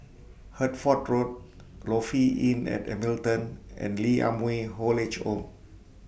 Hertford Road Lofi Inn At Hamilton and Lee Ah Mooi Old Age Home